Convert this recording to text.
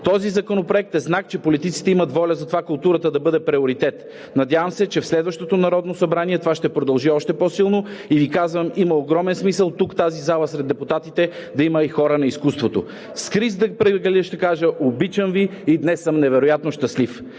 Този законопроект е знак, че политиците имат воля за това културата да бъде приоритет. Надявам се, че в следващото Народно събрание това ще продължи още по-силно и Ви казвам: има огромен смисъл тук, в тази зала сред депутатите, да има и хора на изкуството. С риск да прекаля ще кажа: обичам Ви и днес съм невероятно щастлив!